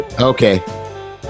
Okay